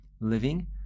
living